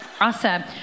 awesome